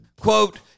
Quote